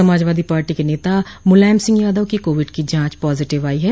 Samajwadi party के नेता मुलायम सिंह यादव की कोविड की जांच पॉजिटिव आई है